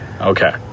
okay